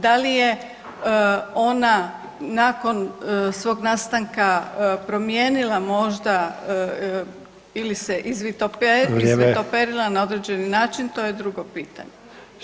Da li je ona nakon svog nastanka promijenila možda ili se izvitoperila [[Upadica: Vrijeme]] na određeni način to je drugo pitanje.